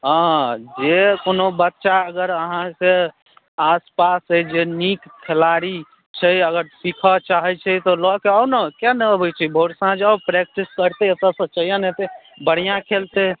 हॅं जे कोनो बच्चा अगर अहाँके आसपास अछि जे नीक खेलाड़ी छै अगर सीखऽ चाहै छै तँ लऽ कऽ आउने किए नहि अबै छी भोर साँझ आउ प्रैकटिस करतै एतयसँ चयन हेतै बढ़िऑं खेलतै